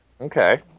Okay